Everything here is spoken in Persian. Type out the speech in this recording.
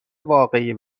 واقعی